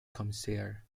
commissaire